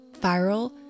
viral